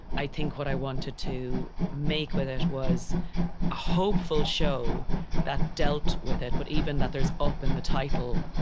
i think what i wanted to make, whether it was a hopeful show that dealt with it, but even that there's up in the title,